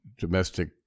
domestic